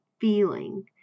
feeling